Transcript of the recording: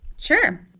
Sure